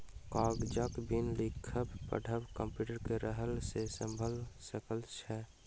कागजक बिन लिखब पढ़ब कम्प्यूटर के रहला सॅ संभव भ सकल अछि